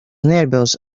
nervios